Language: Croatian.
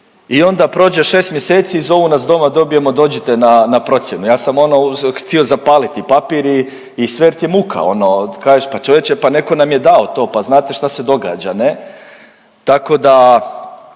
i onda prođe 6 mjeseci i zovu nas doma, dobijemo dođite na procjenu. Ja sam ono, htio zapaliti papir i sve jer ti je muka, ono, kažeš, pa čovječe, pa netko nam je dao to, pa znate što se događa, ne? Tako da,